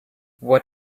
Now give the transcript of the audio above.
what